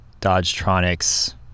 Dodgetronics